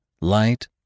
light